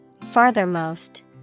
Farthermost